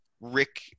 rick